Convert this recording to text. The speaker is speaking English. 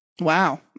Wow